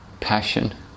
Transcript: passion